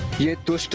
here to